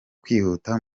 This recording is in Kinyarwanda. kwihuta